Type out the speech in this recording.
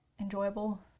enjoyable